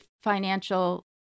financial